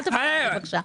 אל תפריעו לי, בבקשה.